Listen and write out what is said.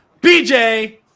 BJ